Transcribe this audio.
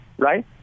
Right